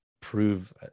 prove